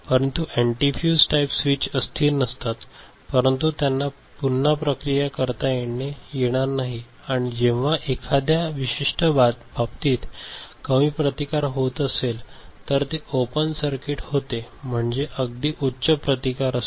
परंतु antifuse type switch अस्थिर नसतात परंतु त्यांना पुन्हा प्रक्रिया करता येणार नाही आणि जेव्हा एखाद्या विशिष्ट बाबतीत कमी प्रतिकार होत असेल तर ते ओपन सर्किट होते म्हणजे अगदी उच्च प्रतिकार असतो